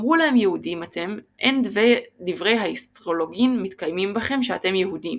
”אמרו להם יהודים אתם אין דברי האיסטרולוגין מתקיימים בכם שאתם יהודים,